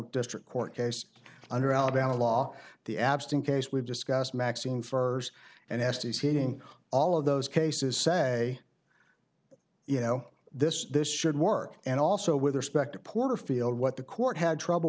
district court case under alabama law the absent case we've discussed maxine for and estes hearing all of those cases say you know this this should work and also with respect to porterfield what the court had trouble